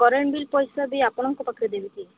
current bill ପଇସା ବି ଆପଣଙ୍କ ପାଖରେ ଦେବି କି